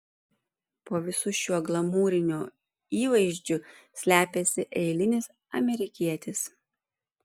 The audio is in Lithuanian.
po visu šiuo glamūriniu įvaizdžiu slepiasi eilinis amerikietis